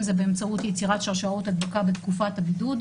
אם זה באמצעות יצירת שרשראות הדבקה בתקופת הבידוד,